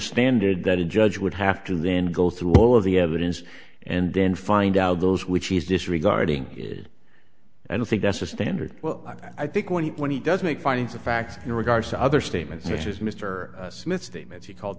standard that a judge would have to then go through all of the evidence and then find out those which he is disregarding and i think that's a standard well i think when he when he does make findings of fact in regards to other statements such as mr smith statements he called